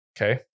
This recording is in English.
okay